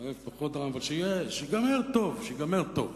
אבל שייגמר טוב, שייגמר טוב.